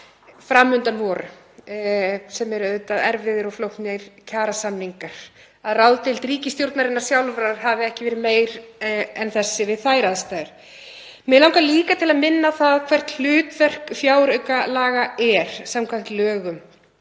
fram undan eru, sem eru auðvitað erfiðir og flóknir kjarasamningar, að ráðdeild ríkisstjórnarinnar sjálfrar hafi ekki verið meiri en þessi við þær aðstæður. Mig langar líka til að minna á hvert hlutverk fjáraukalaga er samkvæmt lögum.